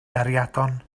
gariadon